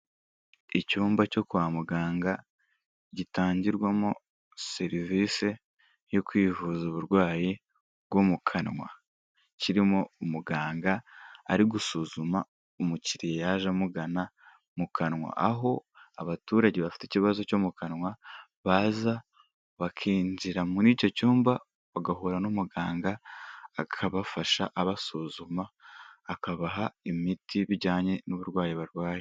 Icyumba cyo kwa muganga gitangirwamo serivisi yo kwivuza uburwayi bwo mu kanwa, kirimo umuganga ari gusuzuma umukiriya yaje amugana mu kanwa, aho abaturage bafite ikibazo cyo mu kanwa baza bakinjira muri icyo cyumba, bagahura n'umuganga akabafasha abasuzuma, akabaha imiti bijyanye n'uburwayi barwaye.